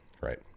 right